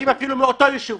שני אנשים אפילו מאותו יישוב,